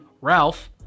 Ralph